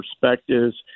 perspectives